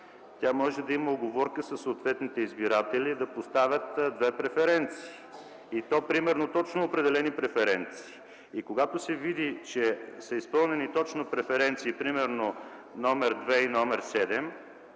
тя може да има уговорка със съответните избиратели да поставят две преференции, и то примерно точно определени преференции. Когато се види, че са изпълнени точно преференции № 2 и № 7,